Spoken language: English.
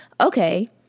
Okay